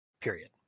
period